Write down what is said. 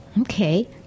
Okay